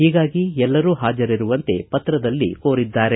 ಹೀಗಾಗಿ ಎಲ್ಲರೂ ಹಾಜರಿರುವಂತೆ ಪತ್ರದಲ್ಲಿ ಕೋರಿದ್ದಾರೆ